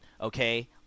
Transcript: okay